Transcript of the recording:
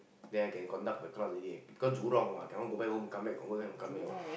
then I can conduct the class already because Jurong what cannot go back home come back go back home and come here what